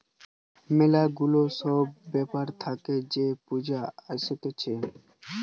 ম্যালা গুলা সব ব্যাপার থাকে যে পুঁজি আসতিছে